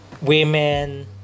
Women